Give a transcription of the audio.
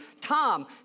Tom